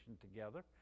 together